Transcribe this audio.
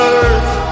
earth